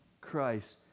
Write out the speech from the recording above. Christ